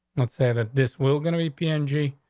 let's say that this will gonna be p n g.